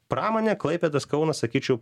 pramonė klaipėdos kauno sakyčiau